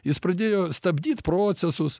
jis pradėjo stabdyt procesus